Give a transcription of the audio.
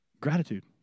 Gratitude